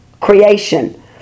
creation